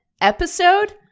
Episode